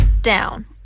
down